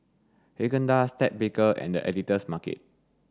Haagen Dazs Ted Baker and The Editor's Market